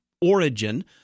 origin